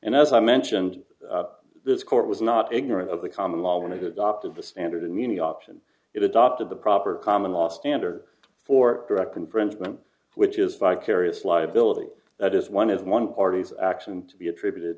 and as i mentioned this court was not ignorant of the common law when it adopted the standard meaning option it adopted the proper common law standard for direct infringement which is vicarious liability that is one of one party's action to be attributed